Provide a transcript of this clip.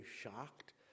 shocked